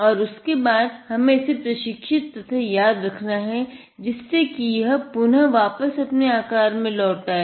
और उसके बाद हमे इसे प्रशिक्षित तथा याद रखना है जिससे कि यह पुनः वापस अपने आकार में लौट आये